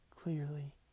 clearly